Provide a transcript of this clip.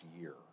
year